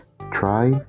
try